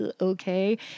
okay